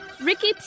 Ricky